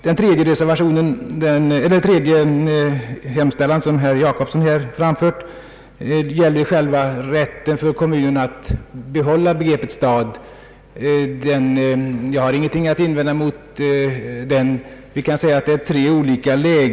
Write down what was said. Den tredje hemställan, som herr Jacobsson här framfört, gäller rätten för kommun att behålla begreppet stad, och jag har ingenting att invända mot den. Men det förslaget ligger vid sidan av den fråga som nu är aktuell, beslut om terminologin i själva lagtexten.